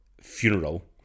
funeral